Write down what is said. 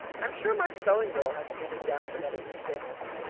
i'm sure my sewing girl hasn't any doubt but that it exists!